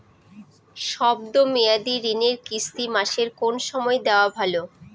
শব্দ মেয়াদি ঋণের কিস্তি মাসের কোন সময় দেওয়া ভালো?